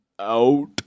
out